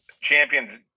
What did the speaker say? champions